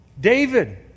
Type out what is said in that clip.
David